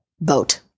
boat